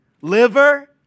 Liver